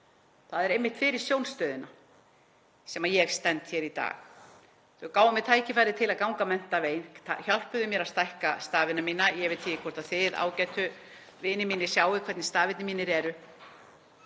Það er einmitt fyrir Sjónstöðina sem ég stend hér í dag. Þau gáfu mér tækifæri til að ganga menntaveginn, hjálpuðu mér að stækka stafina mína. Ég veit ekki hvort þið, ágætu vinir mínir, sjáið hvernig stafirnir mínir eru